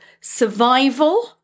survival